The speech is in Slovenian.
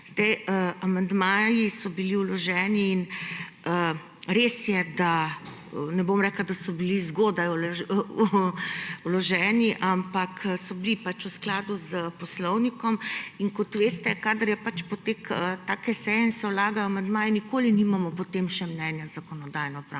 Amandmaji so bili vloženi in res je, ne bom rekla, da so bili zgodaj vloženi, ampak so bili v skladu s poslovnikom. In kadar je potek take seje in se vlagajo amandmaji, nikoli nimamo potem še mnenja Zakonodajno-pravne